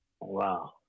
Wow